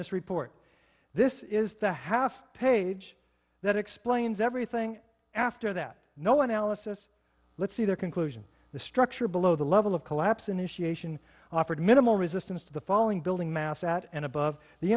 this report this is the half page that explains everything after that no one alice s let's see their conclusion the structure below the level of collapse initiation offered minimal resistance to the falling building mass at and above the